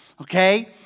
okay